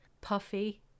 puffy